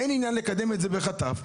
אין עניין לקדם את זה בחטף,